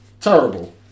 terrible